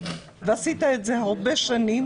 ועשית את זה הרבה שנים.